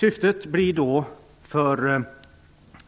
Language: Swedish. Tanken när